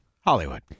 Hollywood